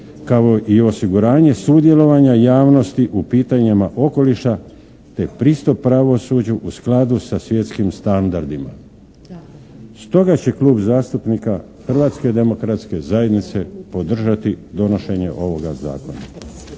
kao i osiguranje sudjelovanja javnosti u pitanjima okoliša te pristup pravosuđu u skladu sa svjetskim standardima, stoga će Klub zastupnika Hrvatske demokratske zajednice podržati donošenje ovoga Zakona.